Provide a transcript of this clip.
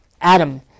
Adam